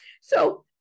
So-